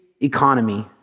economy